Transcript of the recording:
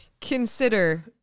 Consider